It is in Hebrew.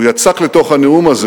הוא יצק לתוך הנאום הזה